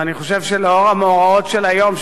ואני חושב שלאור המאורעות של היום,